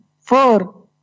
four